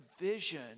vision